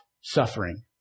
suffering